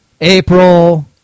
April